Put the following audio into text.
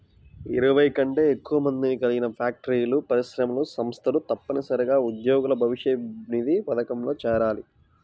ఇరవై కంటే ఎక్కువ మందిని కలిగిన ఫ్యాక్టరీలు, పరిశ్రమలు, సంస్థలు తప్పనిసరిగా ఉద్యోగుల భవిష్యనిధి పథకంలో చేరాలి